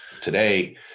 Today